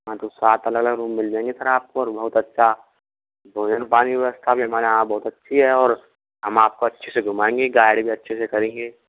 हाँ तो सात अलग अलग रूम मिल जाएंगे सर आपको और बहुत अच्छा भोजन पानी व्यवस्था भी हमारे यहाँ बहुत अच्छी है और हम आपको अच्छे से घुमाएंगे और गाइड भी अच्छा से करेंगे